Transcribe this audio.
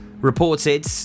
reported